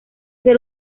ser